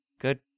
good